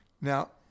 Now